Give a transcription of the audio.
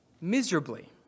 miserably